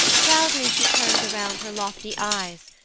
proudly she turns around her lofty eyes,